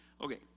Okay